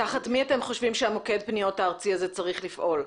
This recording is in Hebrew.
תחת מי המוקד הארצי הזה צריך לפעול,